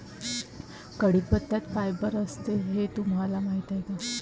कढीपत्त्यात फायबर असते हे तुम्हाला माहीत आहे का?